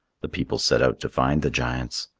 the people set out to find the giants.